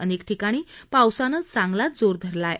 अनेक ठिकाणी पावसान चांगलाच जोर धरला आहे